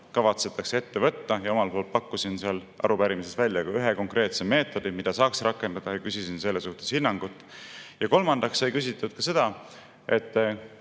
kavatsetakse ette võtta? Omalt poolt pakkusin seal arupärimises välja ka ühe konkreetse meetodi, mida saaks rakendada, ja küsisin selle kohta hinnangut. Ja kolmandaks sai küsitud ka seda,